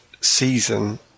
season